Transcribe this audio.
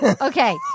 Okay